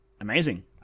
amazing